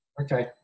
Okay